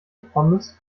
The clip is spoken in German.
pommes